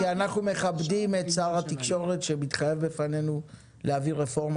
כי אנחנו מכבדים את שר התקשורת שמתחייב בפנינו להביא רפורמה